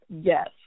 Yes